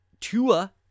Tua